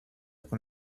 con